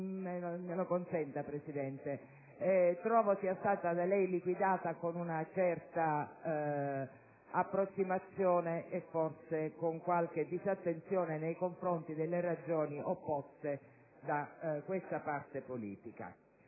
me lo consenta, Presidente - trovo sia stata da lei liquidata con una certa approssimazione e forse con qualche disattenzione nei confronti delle ragioni opposte da questa parte politica.